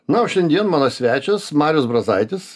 na o šiandien mano svečias marius brazaitis